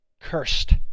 cursed